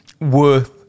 worth